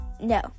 No